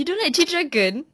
you don't like G dragon